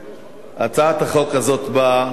הצעת החוק הזאת באה